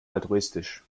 altruistisch